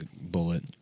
bullet